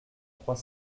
trois